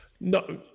No